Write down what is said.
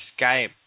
Skype